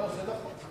זה גם נכון כשלעצמו.